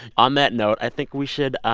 on that note, i think we should